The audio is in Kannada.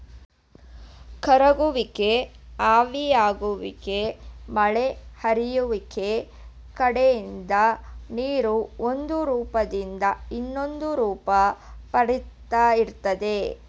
ಕರಗುವಿಕೆ ಆವಿಯಾಗುವಿಕೆ ಮಳೆ ಹರಿಯುವಿಕೆ ಕಡೆಯಿಂದ ನೀರು ಒಂದುರೂಪ್ದಿಂದ ಇನ್ನೊಂದುರೂಪ ಪಡಿತಾ ಇರ್ತದೆ